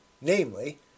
namely